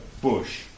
Bush